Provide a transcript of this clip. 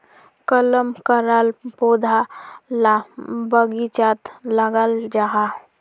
कलम कराल पौधा ला बगिचात लगाल जाहा